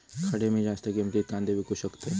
खडे मी जास्त किमतीत कांदे विकू शकतय?